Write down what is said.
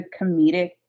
comedic